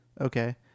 Okay